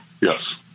Yes